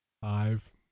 five